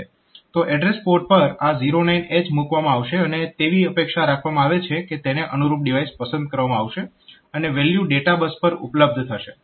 તો address port પર આ 09H મૂકવામાં આવશે અને એવી અપેક્ષા રાખવામાં આવે છે કે તેને અનુરૂપ ડિવાઇસ પસંદ કરવામાં આવશે અને વેલ્યુ ડેટા બસ પર ઉપલબ્ધ થશે